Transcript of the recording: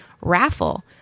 raffle